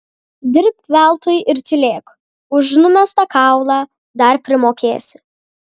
dirbk veltui ir tylėk už numestą kaulą dar primokėsi